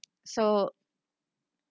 so